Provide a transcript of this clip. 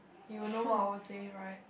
you will know I won't say right